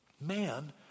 Man